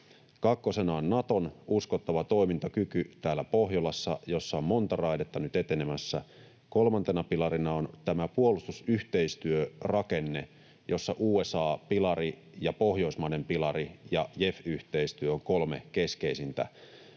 Kakkosena on Naton uskottava toimintakyky täällä Pohjolassa, jossa on monta raidetta nyt etenemässä. Kolmantena pilarina on tämä puolustusyhteistyörakenne, jossa USA-pilari ja pohjoismainen pilari ja JEF-yhteistyö ovat kolme keskeisintä